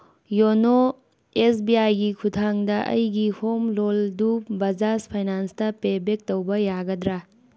YONO ꯑꯦꯁꯕꯤꯑꯥꯏꯒꯤ ꯈꯨꯊꯥꯡꯗ ꯑꯩꯒꯤ ꯍꯣꯝ ꯂꯣꯜꯗꯨ ꯕꯖꯥꯖ ꯐꯩꯅꯥꯟꯁꯇ ꯄꯦꯕꯦꯛ ꯇꯧꯕ ꯌꯥꯒꯗ꯭ꯔꯥ